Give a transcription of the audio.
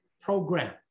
program